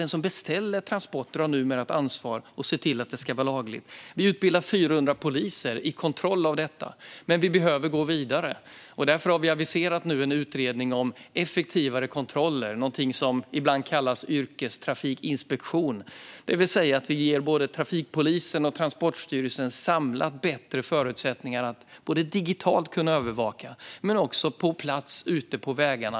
Den som beställer transporter har numera ett ansvar för att se till att det ska vara lagligt. Vi utbildar också 400 poliser i kontroll av detta. Vi behöver dock gå vidare. Därför har vi nu aviserat en utredning om effektivare kontroller, det som ibland kallas yrkestrafikinspektion. Det betyder att vi ger både trafikpolisen och Transportstyrelsen samlat bättre förutsättningar för att kunna övervaka digitalt men också på plats ute på vägarna.